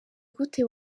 gute